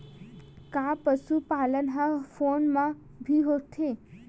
का पशुपालन ह फोन म भी होथे?